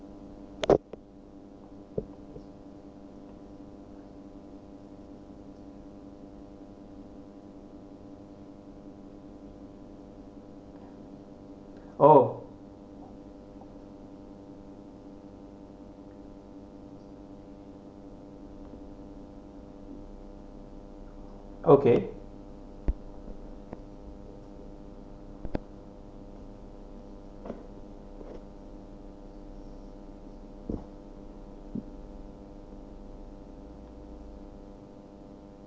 oh okay